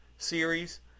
series